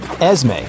Esme